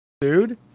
dude